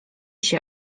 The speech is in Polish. się